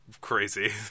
crazy